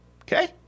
Okay